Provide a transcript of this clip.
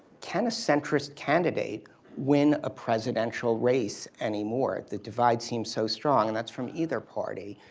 can a centrist candidate win a presidential race anymore? the divide seem so strong and that's from either party.